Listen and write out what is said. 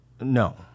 No